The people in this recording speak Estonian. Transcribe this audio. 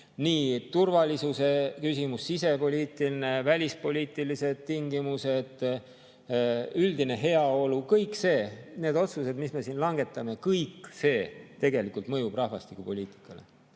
turvalisuse küsimus, sisepoliitilised ja välispoliitilised tingimused, üldine heaolu. Kõik need otsused, mis me langetame, tegelikult mõjuvad rahvastikupoliitikale.